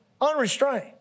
Unrestrained